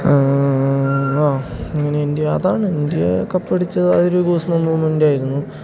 ആ ഇങ്ങനെന്ത്യ അതാണ് ഇന്ത്യ കപ്പടിച്ച ആ ഒരു ഗൂസ്മ്പം മോമെൻറ്റായിരുന്നു